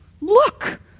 Look